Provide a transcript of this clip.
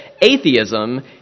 Atheism